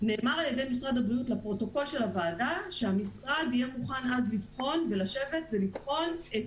נאמר לפרוטוקול של הוועדה שהמשרד יהיה מוכן לשבת ולבחון את